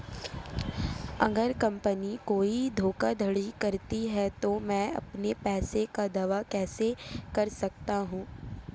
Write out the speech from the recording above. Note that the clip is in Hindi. अगर कंपनी कोई धोखाधड़ी करती है तो मैं अपने पैसे का दावा कैसे कर सकता हूं?